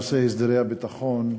של נושא הסדרי הביטחון,